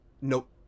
Nope